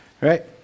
Right